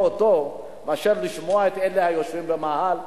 אותו מאשר לשמוע את אלה שיושבים במאהל,